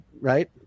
right